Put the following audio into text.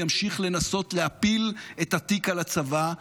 ימשיך לנסות להפיל את התיק על הצבא,